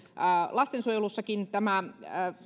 lastensuojelussakin tämä